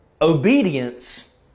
obedience